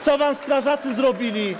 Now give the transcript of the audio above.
Co wam strażacy zrobili?